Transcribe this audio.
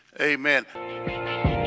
amen